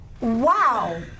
Wow